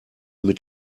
mit